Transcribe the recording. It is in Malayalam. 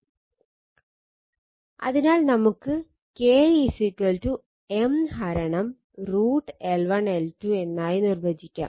√ അതിനാൽ നമുക്ക് K M √ L1L2 എന്നായി നിർവചിക്കാം